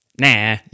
nah